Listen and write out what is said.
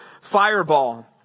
fireball